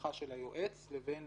ההסמכה של היועץ לבין